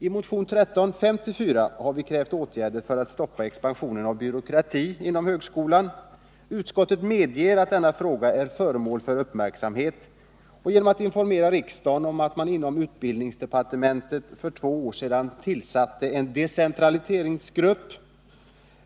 I motionen 1354 har vi krävt åtgärder för att stoppa expansionen av byråkrati inom högskolan. Utskottet medger att denna fråga är föremål för uppmärksamhet genom att informera riksdagen om att man inom utbildningsdepartementet för två år sedan tillsatte en decentraliseringsgrupp.